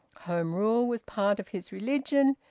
home rule was part of his religion,